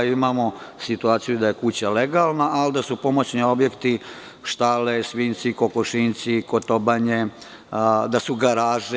Imamo situaciju da je kuća legalna, ali da su pomoćni objekti – štale, kokošinjci, kotobanje, da su garaže…